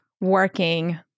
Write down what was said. working